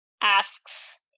asks